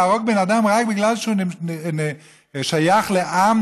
להרוג בן אדם רק בגלל שהוא שייך לעם